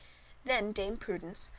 then dame prudence,